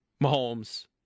Mahomes